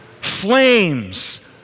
Flames